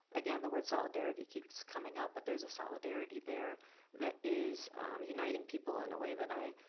again, the word solidarity keeps coming up, but there's a solidarity there that is uniting people in a way that i,